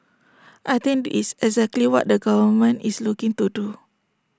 I think this is exactly what the government is looking to do